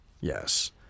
Yes